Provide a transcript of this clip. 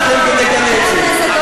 נילחם ונגנה את זה.